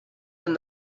and